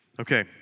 Okay